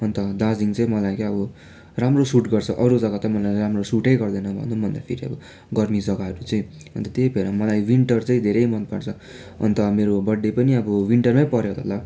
अन्त दार्जिलिङ चाहिँ मलाई के अब राम्रो सुट गर्छ अरू जग्गा त मलाई राम्रो सुटै गर्दैन भनौँ भन्दाखेरि अब गर्मी जग्गाहरू चाहिँ अन्त त्यही भएर मलाई विन्टर चाहिँ धेरै मनपर्छ अन्त मेरो बर्थडे पनि अब विन्टारमै परेर होला